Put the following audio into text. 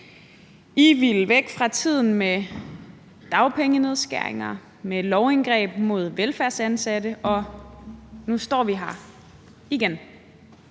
I ville væk fra tiden med dagpengenedskæringer, med lovindgreb mod velfærdsansatte, og nu står vi her igen.